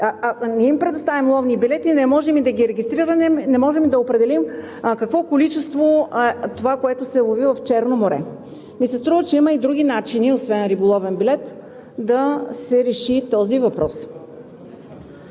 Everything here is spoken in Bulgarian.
не им предоставим риболовни билети, не можем и да ги регистрираме, не можем и да определим какво количество е това, което се лови в Черно море. Струва ми се, че има и други начини, освен риболовен билет, да се реши този въпрос.